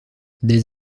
des